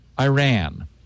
Iran